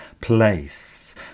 place